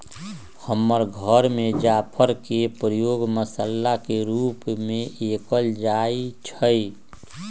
हमर घर में जाफर के प्रयोग मसल्ला के रूप में कएल जाइ छइ